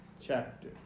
chapter